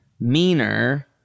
meaner